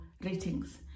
ratings